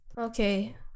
Okay